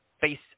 face